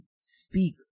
speak